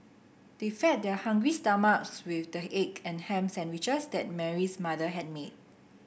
they fed their hungry stomachs with the egg and ham sandwiches that Mary's mother had made